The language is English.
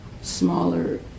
smaller